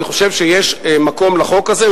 אני חושב שיש מקום לחוק הזה,